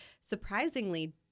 surprisingly